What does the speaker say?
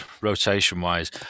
rotation-wise